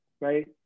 right